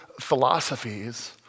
philosophies